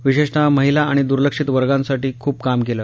विशेषतः महिला आणि दूर्लक्षित वर्गासाठी खूप काम केलं